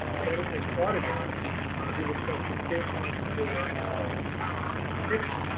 benefits auditor who requested full-time telework because of chemical sensitivity.